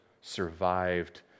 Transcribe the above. survived